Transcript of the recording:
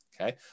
okay